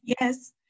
Yes